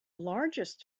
largest